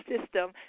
system